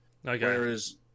Whereas